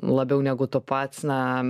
labiau negu tu pats na